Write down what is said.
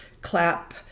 clap